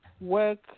work